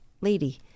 lady